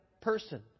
person